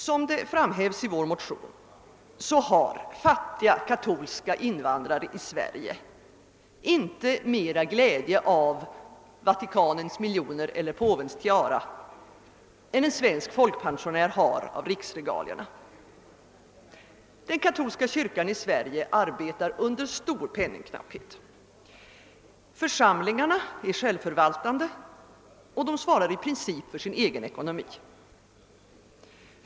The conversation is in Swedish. Som framhävs i vår motion, har fattiga katolska invandrare i Sverige inte mera glädje av Vatikanens miljoner eller påvens tiara, än en svensk folkpensionär av riksregalierna. Den katolska kyrkan i Sverige arbetar under stor penningknapphet. Församlingarna är självförvaltande och svarar i princip för sin egen ekonomi.